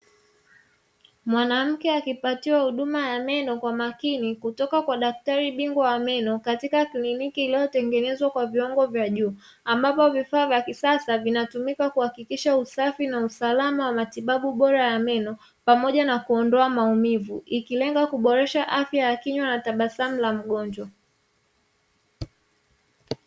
Mwanamke akipatiwa huduma ya meno kwa makini, kutoka kwa daktari bingwa wa meno katika kliniki iliyotengenezwa kwa viwango vya juu. Ambapo vifaa vya kisasa, vinatumika kuhakikisha usafi na usalama wa matibabu bora ya meno pamoja na kuondoa maumivu. Ikilenga kuboresha afya ya kinywa na tabasamu la mgonjwa.